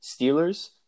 Steelers